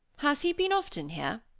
has he been often here?